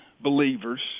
believers